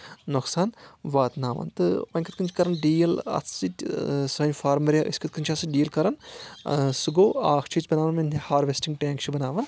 نۄقصان واتناوان تہٕ وۄنۍ کِتھ کٔنۍ چھِ کران ڈیٖل اتھ سۭتۍ سٲنہِ فارمر یا أسۍ کِتھ کٔنۍ چھِ آسان ڈیٖل کران سُہ گوٚو اکھ چھِ أسۍ بناوان وَنہِ ہارویسٹِنٛگ ٹینٛک چھِ بناوان